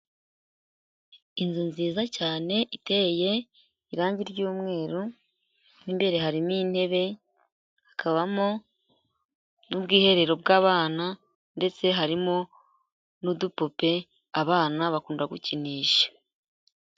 Inzu nziza cyane iteye irangi ry'umweru mo imbere harimo intebe, hakabamo n'ubwiherero bw'abana ndetse harimo n'udupupe abana bakunda gukinisha.